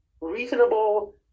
reasonable